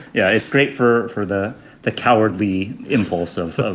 yeah. it's great for for the the cowardly impulse of of